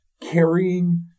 carrying